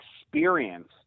experience